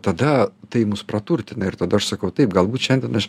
tada tai mus praturtina ir tada aš sakau taip galbūt šiandien aš